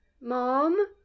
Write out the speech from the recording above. mom